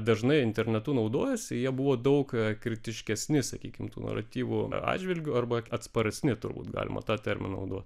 dažnai internetu naudojasi jie buvo daug kritiškesni sakykim tų naratyvų atžvilgiu arba atsparesni turbūt galima tą terminą naudoti